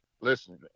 Listen